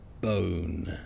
bone